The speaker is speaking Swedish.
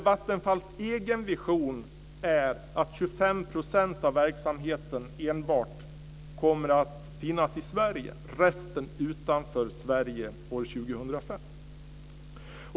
Vattenfalls egen vision är att enbart 25 % av verksamheten kommer att finnas i Sverige, och resten alltså utanför Sverige, år 2005.